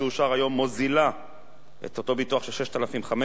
מוזילה את אותו ביטוח של 6,500 ש"ח.